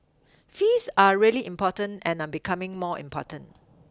fees are really important and are becoming more important